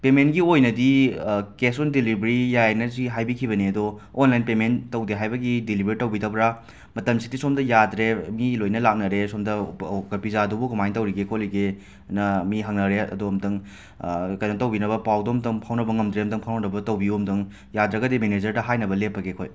ꯄꯦꯃꯦꯟꯒꯤ ꯑꯣꯏꯅꯗꯤ cash on delivery ꯌꯥꯏꯌꯦꯅ ꯁꯤ ꯍꯥꯏꯕꯤꯈꯤꯕꯅꯦ ꯑꯗꯣ ꯑꯣꯟꯂꯥꯏꯟ ꯄꯦꯃꯦꯟ ꯇꯧꯗꯦ ꯍꯥꯏꯕꯒꯤ ꯗꯦꯂꯤꯕꯔ ꯇꯧꯕꯤꯗꯕꯔꯥ ꯃꯇꯝꯁꯤꯗꯤ ꯁꯣꯝꯗ ꯌꯥꯗꯔꯦ ꯃꯤ ꯂꯣꯏꯅ ꯂꯥꯛꯅꯔꯦ ꯁꯣꯝꯗ ꯕ ꯄꯤꯖꯥꯗꯨꯕꯨ ꯀꯃꯥꯏꯅ ꯇꯧꯔꯤꯒꯦ ꯈꯣꯠꯂꯤꯒꯦꯅ ꯃꯤ ꯍꯪꯅꯔꯦ ꯑꯗꯣ ꯑꯃꯨꯛꯇꯪ ꯀꯩꯅꯣ ꯇꯧꯕꯤꯅꯕ ꯄꯥꯎꯗꯣ ꯑꯃꯨꯛꯇꯪ ꯐꯥꯎꯅꯕ ꯉꯝꯗꯔꯦ ꯑꯃꯨꯛꯇꯪ ꯐꯥꯎꯅꯅꯕ ꯇꯧꯕꯤꯌꯨ ꯑꯃꯨꯛꯇꯪ ꯌꯥꯗ꯭ꯔꯒꯗꯤ ꯃꯦꯅꯦꯖꯔꯗ ꯍꯥꯏꯅꯕ ꯂꯦꯞꯄꯒꯦ ꯑꯩꯈꯣꯏ